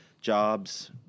jobs